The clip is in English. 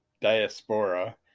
diaspora